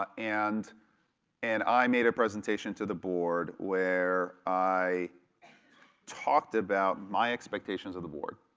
ah and and i made a presentation to the board where i talked about my expectations of the board.